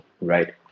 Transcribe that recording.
right